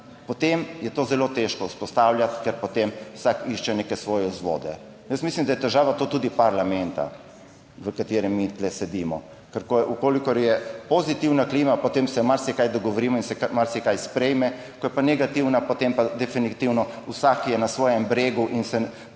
potem je to zelo težko vzpostavljati, ker potem vsak išče neke svoje vzvode. Jaz mislim, da je to tudi težava parlamenta, v katerem mi tu sedimo, ker če je pozitivna klima, potem se marsikaj dogovorimo in se marsikaj sprejme, ko je pa negativna, potem je pa definitivno vsak na svojem bregu in se potem